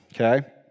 okay